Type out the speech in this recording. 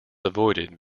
avoided